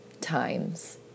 times